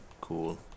Cool